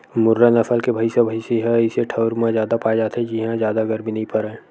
मुर्रा नसल के भइसा भइसी ह अइसे ठउर म जादा पाए जाथे जिंहा जादा गरमी नइ परय